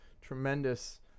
tremendous